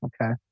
Okay